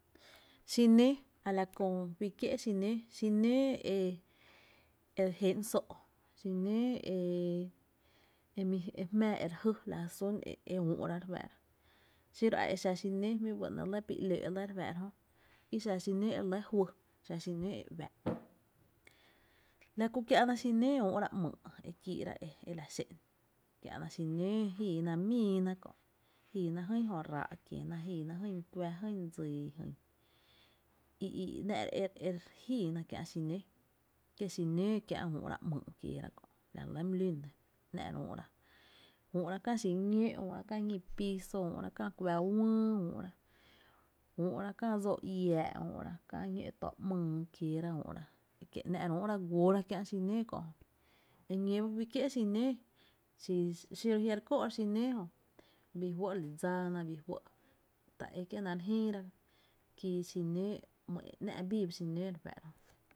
Xinǿǿ a la köö fí kié’ xinǿǿ, xinǿǿ e jé’n só’, xinǿǿ e e mi e jmⱥⱥ e re jý lajy sun e üu’ra re fáá’ra, xiro a exa xinǿǿ jmí byga ‘néé’ lɇ pi ‘lóó’ lɇ re fáá’ra jö, ki xa xinǿǿ e re le juý, xa xinǿǿ e uää’ la ku kiä’na xinǿǿ ü’ra ‘myy’ e kii’ra e la xé’n kiä’na xinǿǿ jiina míi na kö’ jíina jyn jö ráá’ kiéna, jíi na jyn kuⱥ, jy dsii jyn, i i i ‘nⱥ’ re jíina kiä’ xinǿǿ, kié’ xinǿǿ üu’ra ‘myy kieera kö’ la re lɇ my lún ‘nⱥ’ re üu’ra, re üu’ra kä xiñó’ re üú’ra kä ñí’ piso, re üú’ra jy kuⱥⱥ’ wÿÿ re üú’ra, üú’ra kä dsoo iáá’ üú’ra kä ñó’ too ‘myy üú’ra kieera üú’ra, kie’ ´nⱥ’ re üú’ra guoora kiä’ xinǿǿ kö, eñóó ba fí kié’ xinǿǿ, kí xiro jiá’ re kóó’ra xinǿǿ jö bii fɇ’ li dsáána, ta é kié’ naá’ re jïïna ki xinǿǿ, e ‘nⱥ’ bii ba xinǿǿ re fáá’ra.